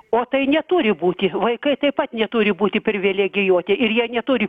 o tai neturi būti vaikai taip pat neturi būti privilegijuoti ir jie neturi